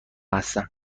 هستم